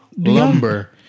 Lumber